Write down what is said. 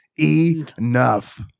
enough